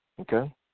Okay